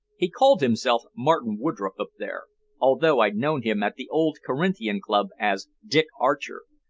he called himself martin woodroffe up there although i'd known him at the old corinthian club as dick archer.